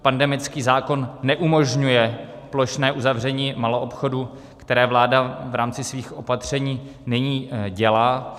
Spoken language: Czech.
Pandemický zákon neumožňuje plošné uzavření maloobchodu, které vláda v rámci svých opatření nyní dělá.